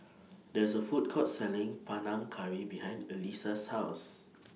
There IS A Food Court Selling Panang Curry behind Elissa's House